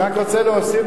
אני רק רוצה להוסיף,